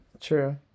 True